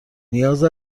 نیاز